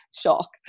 shock